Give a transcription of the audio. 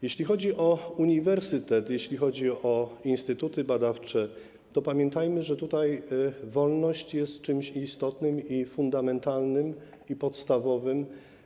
Jeśli chodzi o uniwersytet, jeśli chodzi o instytuty badawcze, to pamiętajmy, że tutaj wolność jest czymś istotnym i fundamentalnym, podstawowym.